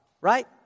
right